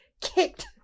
Kicked